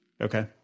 okay